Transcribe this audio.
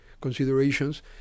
considerations